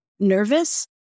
nervous